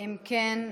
נתקבלה.